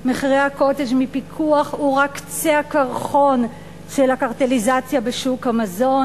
מחירי ה"קוטג'" מפיקוח הוא רק קצה הקרחון של הקרטליזציה בשוק המזון.